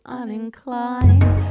uninclined